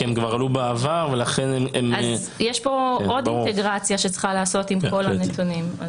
אז יש פה עוד אינטגרציה שצריכה להיעשות עם כל הנתונים.